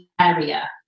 area